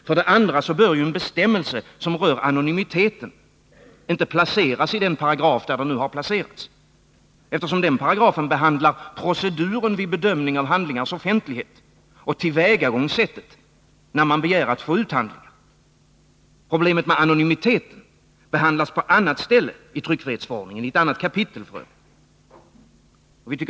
För det andra bör en bestämmelse som rör anonymitet inte placeras i den paragraf där den nu placerats, eftersom denna paragraf behandlar proceduren vid bedömning av handlingars offentlighet och tillvägagångssättet när man begär att få ut handlingar. Frågan om anonymiteten behandlas på annat ställe i tryckfrihetsförordningen —f. ö. i ett annat kapitel.